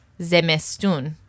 Zemestun